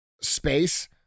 space